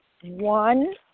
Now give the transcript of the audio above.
one